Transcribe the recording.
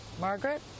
Margaret